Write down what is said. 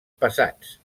passats